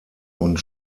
und